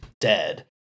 dead